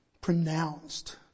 pronounced